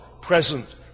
present